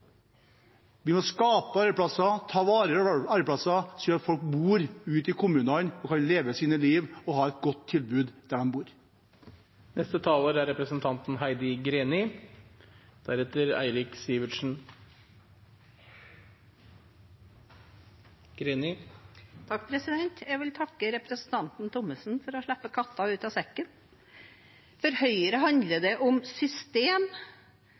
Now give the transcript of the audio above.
Vi må skape arbeidsplasser og ta vare på dem, slik at folk kan bo ute i kommunene og leve sine liv og ha et godt tilbud der de bor. Jeg vil takke representanten Thommessen for å slippe katta ut av sekken: For Høyre handler det om system